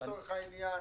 לצורך העניין,